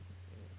ugh